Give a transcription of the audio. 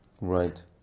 Right